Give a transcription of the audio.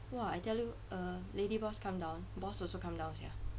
!wah! I tell you uh lady boss come down boss also come down sia